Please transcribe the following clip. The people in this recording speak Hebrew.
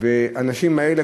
והאנשים האלה,